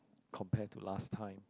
compare to last time